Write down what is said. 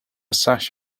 sash